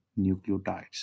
nucleotides